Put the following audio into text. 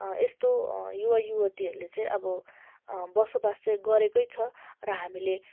यस्तो युवा युवतीहरूले चाहिँ अब बसोबास चाहिँ गरेकै छ र हामीले